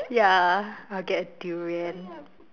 ya I would get durian